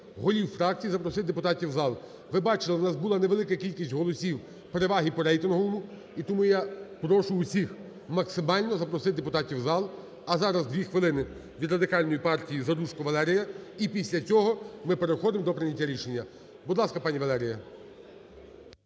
голів фракцій запросити депутатів в зал. Ви бачили, у нас була невелика кількість голосів переваги по рейтинговому, і тому я прошу усіх максимально запросити депутатів в зал. А зараз дві хвилини від Радикальної партії Заружко Валерія, і після цього ми переходимо до прийняття рішення.. Будь ласка, пані Валерія.